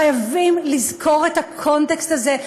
חייבים לזכור את הקונטקסט הזה.